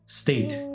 state